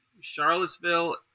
Charlottesville